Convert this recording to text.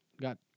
got